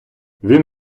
він